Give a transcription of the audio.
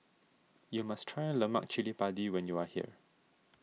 you must try Lemak Chili Padi when you are here